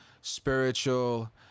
spiritual